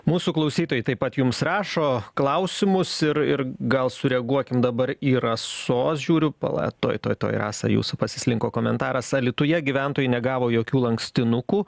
mūsų klausytojai taip pat jums rašo klausimus ir ir gal sureaguokim dabar yra sos žiūriu pala tuoj tuoj tuoj rasa jūsų pasislinko komentaras alytuje gyventojai negavo jokių lankstinukų